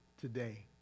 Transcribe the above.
today